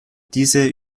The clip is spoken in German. diese